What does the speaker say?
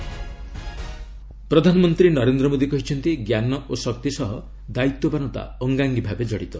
PM Visva Bharati ପ୍ରଧାନମନ୍ତ୍ରୀ ନରେନ୍ଦ୍ର ମୋଦୀ କହିଛନ୍ତି ଜ୍ଞାନ ଓ ଶକ୍ତି ସହ ଦାୟିତ୍ୱବାନତା ଅଙ୍ଗାଙ୍ଗୀ ଭାବେ ଜଡ଼ିତ